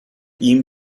ihm